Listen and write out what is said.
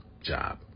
job